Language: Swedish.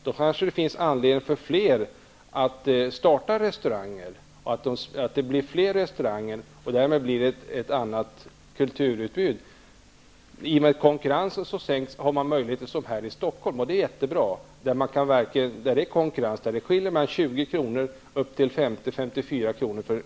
Då kanske det skulle finnas anledning för fler människor att starta restauranger, så att det blir fler restauranger. Då skulle det bli ett annat kulturutbud i och med att konkurrensen ökar. I Stockholm är det konkurrens t.ex. på öl. Priset varierar mellan 20 kr. och 50--54 kr.